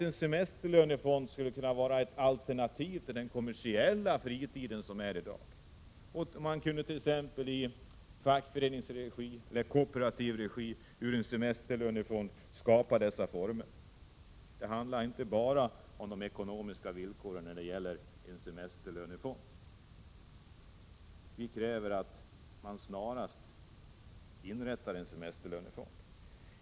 En semesterlönefond skulle också kunna skapa alternativ till den kommersiella fritiden, t.ex. i fackföreningsregi eller i kooperativ regi. Det handlar inte bara om de ekonomiska villkoren när det gäller en semesterlönefond. Vpk kräver att en sådan fond snarast inrättas.